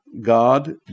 God